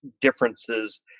differences